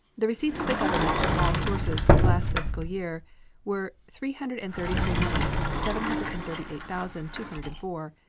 the receipts of the government from all sources for the last fiscal year were three hundred and thirty three million seven hundred and thirty eight thousand two hundred and four